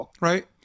right